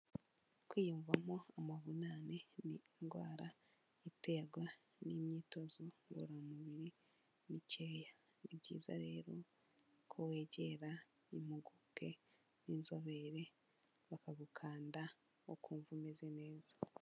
Kwiyumvamo amavunane ni indwara iterwa n'imyitozo ngororamubiri mikeya, ni byizayiza rero ko wegera impuguke n'inzobere bakagukanda ukumva umeze neza.